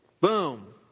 Boom